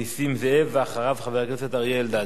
נסים זאב, ואחריו, חבר הכנסת אריה אלדד.